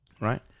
Right